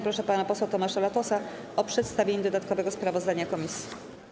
Proszę pana posła Tomasza Latosa o przedstawienie dodatkowego sprawozdania komisji.